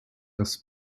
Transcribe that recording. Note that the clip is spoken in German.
das